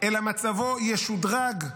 אלא מצבו ישודרג.